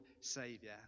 Savior